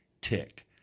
tick